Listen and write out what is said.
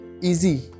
easy